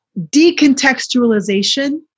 Decontextualization